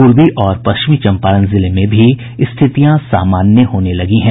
पूर्वी और पश्चिमी चंपारण जिले में भी स्थितियां सामान्य होने लगी हैं